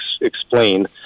explain